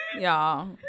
y'all